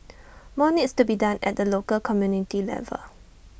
more needs to be done at the local community level